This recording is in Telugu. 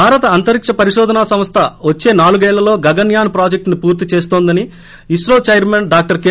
భారత అంతరిక పరికోధన సంస్ద వచ్చే నాలుగేళ్లలో గగన్ యాన్ ప్రాజెక్టును పూర్తి చేస్తుందని ఇస్రో చైర్మన్ డాక్టర్ కె